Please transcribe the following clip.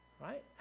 right